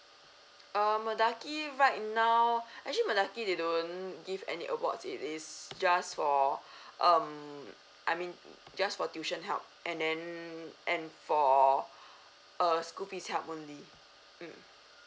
um mendaki right now actually mendaki they don't give any awards it is just for um I mean just for tuition help and then and for a school fees help only mm